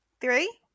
three